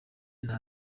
nta